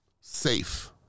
safe